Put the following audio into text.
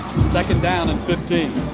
second down and fifteen.